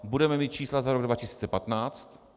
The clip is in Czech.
Budeme mít čísla za rok 2015.